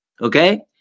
okay